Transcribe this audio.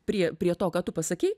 prie prie to ką tu pasakei